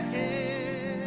a